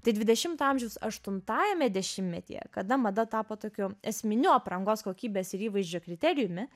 tai dvidešimto amžiaus aštuntajame dešimtmetyje kada mada tapo tokiu esminiu aprangos kokybės ir įvaizdžio kriterijumi